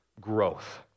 growth